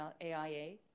AIA